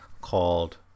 called